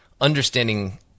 understanding